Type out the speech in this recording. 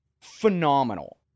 phenomenal